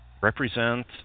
represent